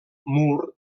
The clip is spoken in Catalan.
moore